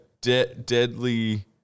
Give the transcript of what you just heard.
Deadly